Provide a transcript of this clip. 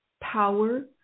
power